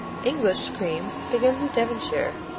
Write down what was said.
english cream begins with devonshire,